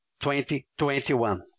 2021